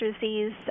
disease